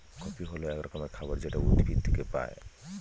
coffee হল এক রকমের খাবার যেটা উদ্ভিদ থেকে পায়